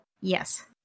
Yes